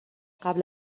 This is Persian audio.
قبل